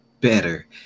better